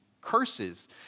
curses